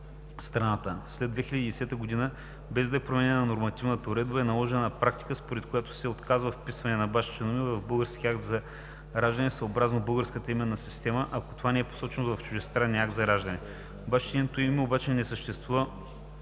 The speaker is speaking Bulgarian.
След 2010 г., без да е променена нормативната уредба, е наложена практика, според която се отказва вписване на бащино име в българския акт за раждане съобразно българската именна система, ако такова не е посочено в чуждестранния акт за раждане. Бащино име обаче не съществува